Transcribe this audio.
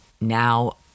Now